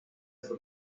fue